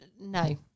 no